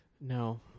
No